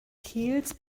kiels